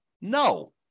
No